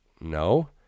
No